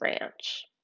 ranch